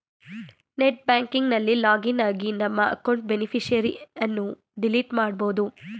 net banking ನಲ್ಲಿ login ಆಗಿ ನಮ್ಮ ಅಕೌಂಟ್ ಬೇನಿಫಿಷರಿಯನ್ನು ಡಿಲೀಟ್ ಮಾಡಬೋದು